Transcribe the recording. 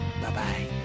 Bye-bye